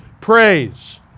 praise